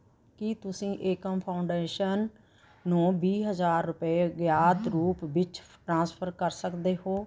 ਕੀ ਤੁਸੀਂਂ ਏਕਮ ਫਾਊਂਡੇਸ਼ਨ ਨੂੰ ਵੀਹ ਹਜ਼ਾਰ ਰੁਪਏ ਅਗਿਆਤ ਰੂਪ ਵਿੱਚ ਟਰਾਂਸਫਰ ਕਰ ਸਕਦੇ ਹੋ